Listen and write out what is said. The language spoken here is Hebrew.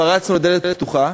לשמחתנו, התפרצנו לדלת פתוחה.